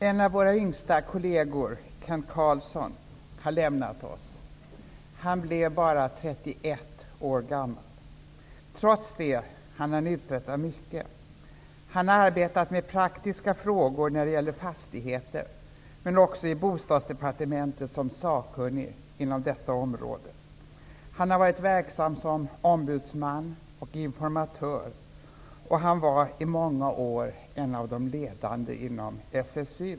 En av våra yngsta kolleger, Kent Carlsson, har lämnat oss. Han blev bara 31 år gammal. Trots det hann han uträtta mycket. Han har arbetat med praktiska frågor när det gäller fastigheter men också i Bostadsdepartementet som sakkunnig inom detta område. Han har varit verksam som ombudsman och informatör, och han var i många år en av de ledande inom SSU.